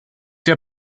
der